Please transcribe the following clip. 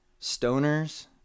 stoners